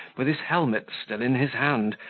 with his helmet still in his hand,